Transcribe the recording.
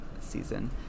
season